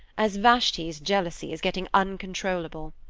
as vashti's jealousy is getting uncontrollable.